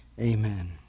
amen